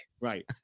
Right